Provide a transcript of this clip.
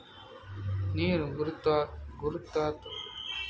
ನೀರು ಗುರುತ್ವಾಕರ್ಷಣೆಯಿಂದ ಕ್ಷೇತ್ರದ ಮೇಲೆ ಹರಡುತ್ತದೆ